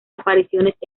apariciones